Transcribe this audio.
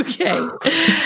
Okay